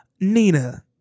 Nina